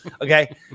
Okay